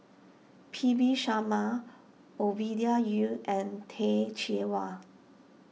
P V Sharma Ovidia Yu and Teh Cheang Wan